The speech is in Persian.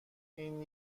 این